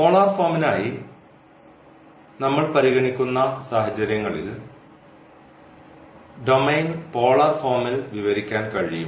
polar ഫോമിനായി നമ്മൾ പരിഗണിക്കുന്ന സാഹചര്യങ്ങളിൽ ഡൊമെയ്ൻ പോളാർ ഫോമിൽ വിവരിക്കാൻ കഴിയും